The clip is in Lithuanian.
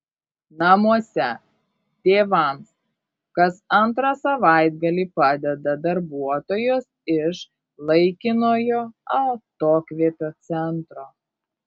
namuose tėvams kas antrą savaitgalį padeda darbuotojos iš laikinojo atokvėpio centro